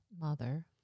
mother